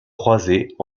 croisées